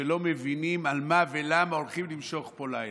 שלא מבינים על מה ולמה הולכים למשוך פה לילה,